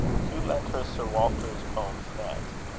hugh lent her sir walter's poems next,